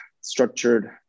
structured